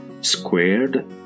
squared